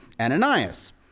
Ananias